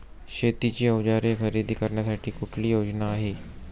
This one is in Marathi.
शेतीची अवजारे खरेदी करण्यासाठी कुठली योजना आहे?